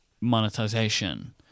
monetization